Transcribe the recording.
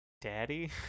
daddy